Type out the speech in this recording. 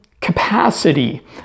capacity